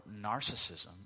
narcissism